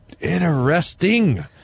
interesting